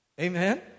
Amen